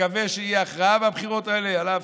נקווה שתהיה הכרעה בבחירות האלה, על אף,